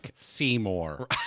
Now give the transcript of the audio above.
Seymour